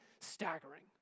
staggering